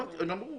הם אמרו